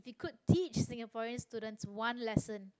if you could teach singaporean students one lesson